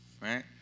right